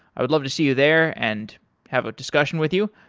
i would love to see you there and have a discussion with you.